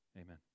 Amen